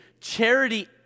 Charity